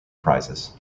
prizes